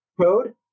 code